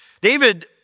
David